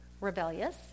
rebellious